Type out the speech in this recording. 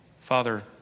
Father